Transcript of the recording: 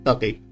Okay